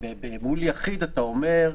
מול יחיד אתה אומר,